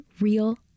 real